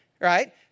right